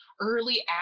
early